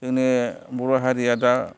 जोंनि बर' हारिआ दा